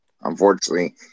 unfortunately